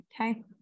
Okay